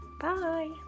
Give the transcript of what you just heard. Bye